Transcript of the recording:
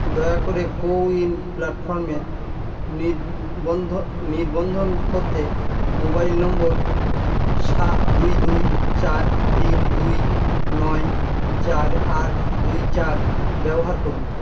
দয়া করে কোউইন প্ল্যাটফর্মে নির্বন্ধ নিবন্ধন করতে মোবাইল নম্বর সাত দুই দুই চার তিন দুই নয় চার আট দুই চার ব্যবহার করুন